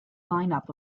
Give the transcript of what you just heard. lineup